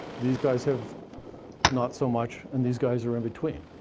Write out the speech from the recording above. these guys have not so much, and these guys are in between.